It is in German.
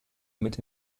mit